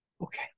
okay